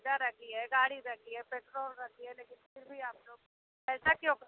रखी है गाड़ी रखी है पेट्रोल रखी है लेकिन फिर भी आप लोग ऐसा क्यों